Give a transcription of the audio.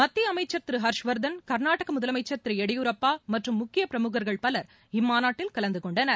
மத்திய அமைச்சா் திரு ஹா்ஷவா்தன் கா்நாடக முதலமைச்சா் திரு எடியூரப்பா மற்றும் முக்கிய பிரமுகர்கள் பலர் இம்மாநாட்டில் கலந்து கொண்டனர்